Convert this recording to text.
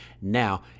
Now